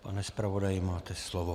Pane zpravodaji, máte slovo.